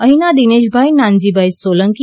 અહીના દિનેશભાઇ નાનજીભાઇ સોલંકી ઉ